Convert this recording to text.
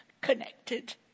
connected